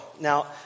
Now